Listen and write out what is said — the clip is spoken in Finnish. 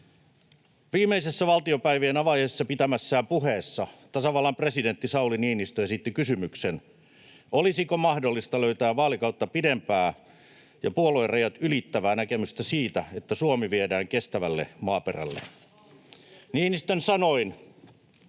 Viimeisissä valtiopäivien avajaisissa pitämässään puheessa tasavallan presidentti Sauli Niinistö esitti kysymyksen, olisiko mahdollista löytää vaalikautta pidempää ja puoluerajat ylittävää näkemystä siitä, että Suomi viedään kestävälle maaperälle. [Pia Viitasen